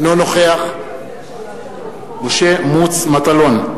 אינו נוכח משה מטלון,